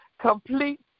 complete